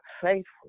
faithful